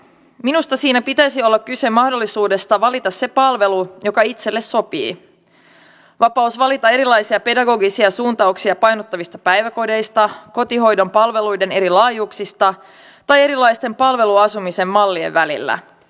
minusta siinä pitäisi olla kyse mahdollisuudesta valita se palvelu joka itselle sopii vapaus valita erilaisia pedagogisia suuntauksia painottavista päiväkodeista kotihoidon palveluiden eri laajuuksista tai erilaisten palveluasumisen mallien välillä